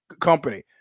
company